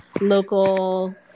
local